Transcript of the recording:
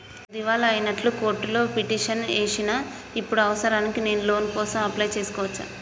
నేను దివాలా అయినట్లు కోర్టులో పిటిషన్ ఏశిన ఇప్పుడు అవసరానికి నేను లోన్ కోసం అప్లయ్ చేస్కోవచ్చా?